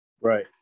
Right